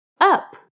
up